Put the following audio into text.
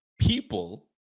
people